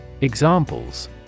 Examples